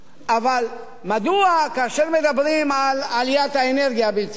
אבל מדוע כאשר מדברים על עליית מחירי האנרגיה הבלתי-צפויה,